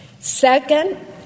Second